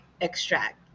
extract